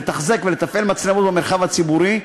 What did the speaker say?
לתחזק ולתפעל מצלמות במרחב הציבורי,